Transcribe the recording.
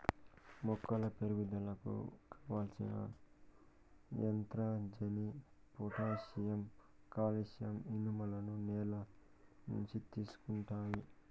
మొక్కల పెరుగుదలకు కావలసిన నత్రజని, పొటాషియం, కాల్షియం, ఇనుములను నేల నుంచి తీసుకుంటాయి